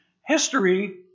History